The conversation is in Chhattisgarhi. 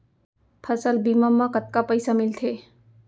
फसल बीमा म कतका पइसा मिलथे?